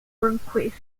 requests